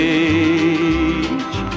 age